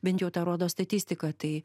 bent jau tą rodo statistika tai